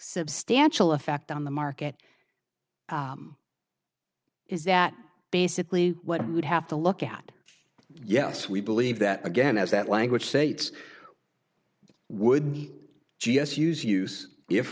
substantial effect on the market is that basically what we would have to look at yes we believe that again as that language states would g s use use if